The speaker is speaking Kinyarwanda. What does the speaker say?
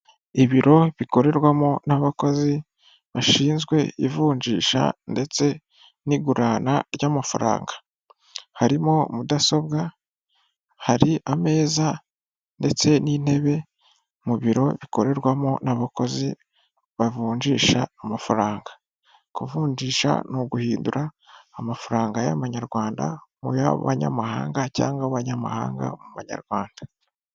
Ibiro bikorerwamo n'abakozi bashinzwe ivunjisha ndetse n'igurana ry'amafaranga, harimo mudasobwa, hari ameza ndetse n'intebe mu biro bikorerwamo n'abakozi bavunjisha amafaranga, kuvunjisha ni uguhindura amafaranga y'abanyarwanda mu y'abanyamahanga cyangwa b'abanyamahanga mu manyarwanda.